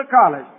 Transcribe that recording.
college